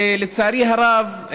לצערי הרב,